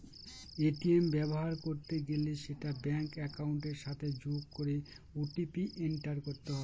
ATM ব্যবহার করতে গেলে সেটা ব্যাঙ্ক একাউন্টের সাথে যোগ করে ও.টি.পি এন্টার করতে হয়